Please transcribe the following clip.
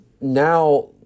now